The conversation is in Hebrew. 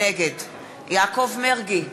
נגד יעקב מרגי,